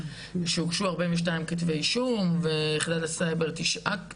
שהוגשו 42 כתבי אישום וביחידת הסייבר תשעה תיקים.